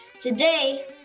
Today